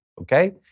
Okay